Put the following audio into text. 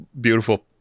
beautiful